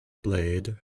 blade